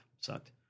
sucked